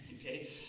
okay